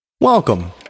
Welcome